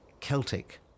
Celtic